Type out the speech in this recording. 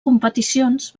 competicions